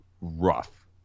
rough